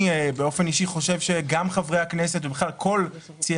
אני אישית חושב שגם חברי הכנסת ובכלל כל ציי